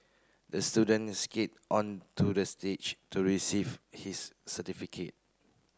the student skate onto the stage to receive his certificate